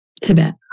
Tibet